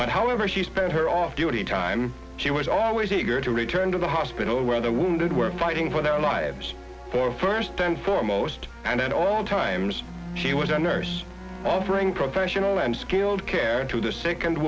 but however she spent her off duty time she was always eager to return to the hospital where the wounded were fighting for their lives for first and foremost and at all times she was a nurse offering professional and skilled care to the sick and